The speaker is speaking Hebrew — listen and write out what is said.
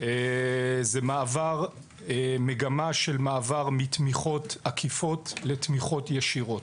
הוא מגמה של מעבר מתמיכות עקיפות לתמיכות ישירות.